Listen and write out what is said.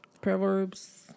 Proverbs